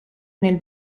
nel